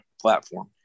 platform